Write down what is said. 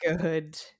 good